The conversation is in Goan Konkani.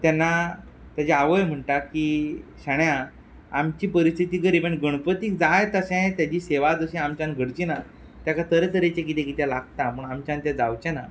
तेन्ना तेजी आवय म्हणटा की शाण्या आमची परिस्थिती गरीब आनी गणपतीक जाय तशें तेची सेवा आमच्यान घडची ना ताका तरे तरेचें कितें कितें लागता म्हूण आमच्यान तें जावंचें ना